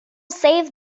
save